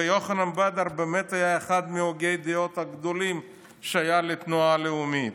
ויוחנן בדר היה אחד מהוגי הדעות הגדולים שהיו לתנועה הלאומית.